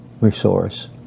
resource